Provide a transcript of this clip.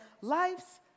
life's